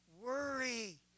worry